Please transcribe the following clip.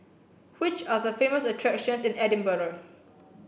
which are the famous attractions in Edinburgh